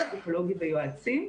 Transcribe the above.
השירות הפסיכולוגי ויועצים,